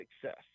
success